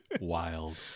wild